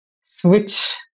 switch